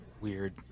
weird